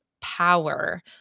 power